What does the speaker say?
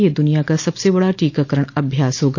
यह दुनिया का सबसे बड़ा टीकाकरण अभ्यास होगा